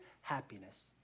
happiness